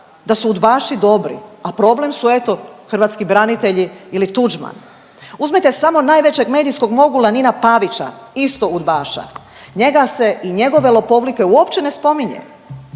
da su udbaši dobri, a problem su eto hrvatski branitelji ili Tuđman. Uzmite samo najvećeg medijskog mogula Nina Pavića isto udbaša. Njega se i njegove lopovluke uopće ne spominje.